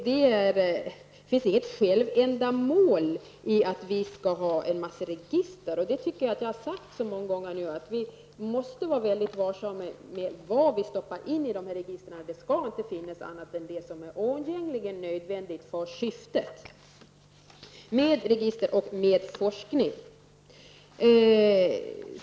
Detta med att ha en mängd register får inte vara ett självändamål. Jag tycker att jag har sagt det många gånger redan. Vi måste alltså vara mycket varsamma och ha kontroll över vad vi stoppar in i registren. I ett register får bara finnas sådant som är absolut nödvändigt med tanke på syftet med registret och även med forskningen.